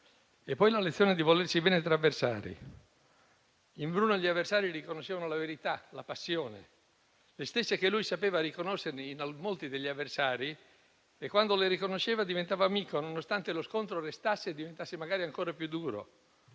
E poi la lezione di volerci bene tra avversari: in Bruno gli avversari riconoscevano la verità, la passione, le stesse cose che lui sapeva riconoscere in molti degli avversari. E quando le riconosceva diventava amico, nonostante lo scontro restasse e diventasse magari ancora più duro.